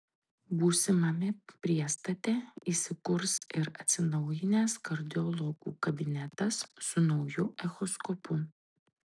būsimame priestate įsikurs ir atsinaujinęs kardiologų kabinetas su nauju echoskopu